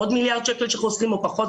עוד מיליארד שקלים שחוסכים או פחות,